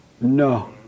No